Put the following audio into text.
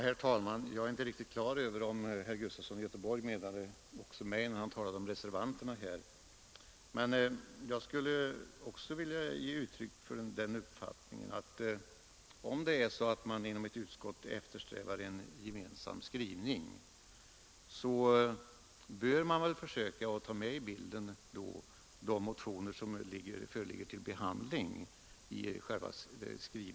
Herr talman! Jag är inte riktigt på det klara med om herr Sven Gustafson i Göteborg räknade in mig när han talade om reservanterna. Men jag skulle också vilja ge uttryck för den uppfattningen att om man inom ett utskott eftersträvar en gemensam skrivning bör man väl försöka ta med i bilden de motioner som föreligger till behandling.